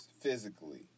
physically